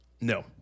No